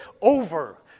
over